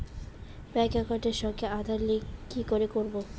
Bank একাউন্টের সঙ্গে Aadhaar link কি করে করবো?